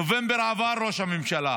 נובמבר עבר, ראש הממשלה.